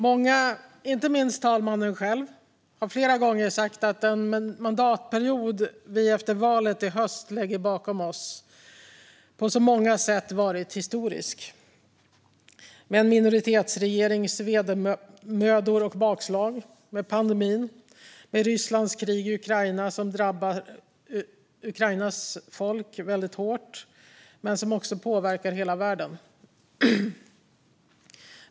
Många, och inte minst talmannen själv, har flera gånger sagt att den mandatperiod som vi efter valet i höst lägger bakom oss på så många sätt har varit historisk, med en minoritetsregerings vedermödor och bakslag, med pandemin och med Rysslands krig i Ukraina, som drabbar Ukrainas folk väldigt hårt men också påverkar hela världen.